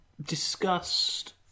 discussed